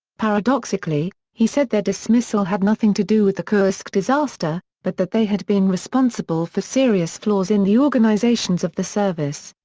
paradoxically, he said their dismissal had nothing to do with the kursk disaster, but that they had been responsible for serious flaws in the organizations of the service.